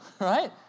right